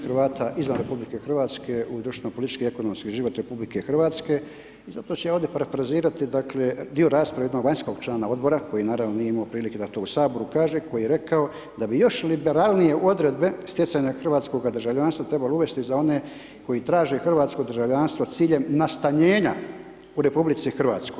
Hrvata izvan RH u društveno, politički i ekonomski život RH, i zapravo ću ja ovdje parafrazirati dakle, dio rasprave jednog vanjskog člana odbora, koji naravno nije imao prilike da to u Saboru kaže, koji je rekao da bi još liberalnije odredbe stjecanja hrvatskoga državljanstva trebalo uvesti za one koji traže hrvatsko državljanstvo s ciljem nastanjenja u RH.